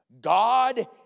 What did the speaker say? God